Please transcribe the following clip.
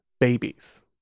babies